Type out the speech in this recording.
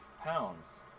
pounds